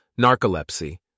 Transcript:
narcolepsy